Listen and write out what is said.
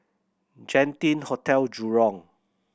Genting Hotel Jurong